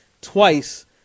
twice